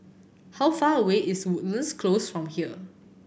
how far away is Woodlands Close from here